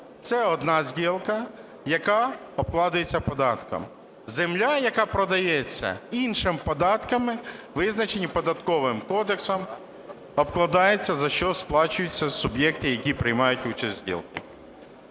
це одна сделка, яка обкладається податком. Земля, яка продається, – іншими податками, визначеними Податковим кодексом, обкладається, за що сплачують суб'єкти, які приймають участь в сделке.